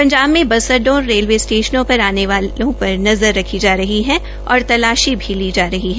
पंजाब के बस अड्डो और रेलवे स्टेशनों पर आने जाने पर नज़र रखी जा रही है और तलाशी भी ली जा रही है